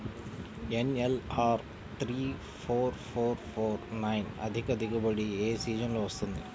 NLR three four four four nine అధిక దిగుబడి ఏ సీజన్లలో వస్తుంది?